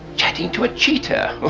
chatting to a cheetah,